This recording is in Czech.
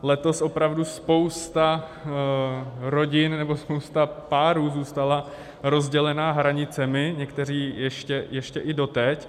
Letos opravdu spousta rodin nebo spousta párů zůstala rozdělena hranicemi, někteří ještě i doteď.